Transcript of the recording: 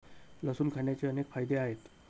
लसूण खाण्याचे अनेक फायदे आहेत